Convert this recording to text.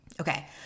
Okay